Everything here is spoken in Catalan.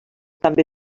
també